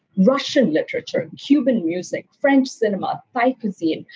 russian literature, cuban music, french cinema, thai cuisine.